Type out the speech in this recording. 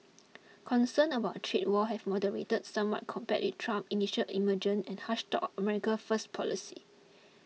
concerns about a trade war have moderated somewhat compared with Trump initial emergent and harsh talk America first policy